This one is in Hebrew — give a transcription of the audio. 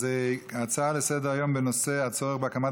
נעבור להצעה לסדר-היום בנושא: הצורך בהקמת